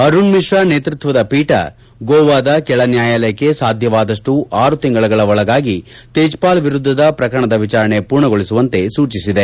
ಅರುಣ್ ಮಿಶ್ರಾ ನೇತ್ವತ್ನದ ಪೀಠ ಗೋವಾದ ಕೆಳ ನ್ಯಾಯಾಲಯಕ್ಕೆ ಸಾಧ್ಯವಾದಷ್ನೂ ಆರು ತಿಂಗಳುಗಳ ಒಳಗಾಗಿ ತೇಜ್ವಾಲ್ ವಿರುದ್ದದ ಪ್ರಕರಣದ ವಿಚಾರಣೆ ಪೂರ್ಣಗೊಳಿಸುವಂತೆ ಸೂಚಿಸಿದೆ